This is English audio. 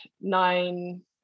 nine